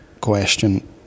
question